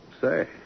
Say